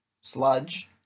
sludge